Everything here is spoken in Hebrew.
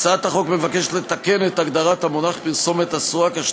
הצעת החוק מבקשת לתקן את הגדרת המונח "פרסומת אסורה" כך